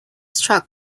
struck